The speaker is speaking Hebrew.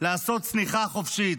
לעשות צניחה חופשית,